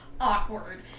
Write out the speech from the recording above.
awkward